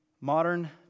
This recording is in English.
Modern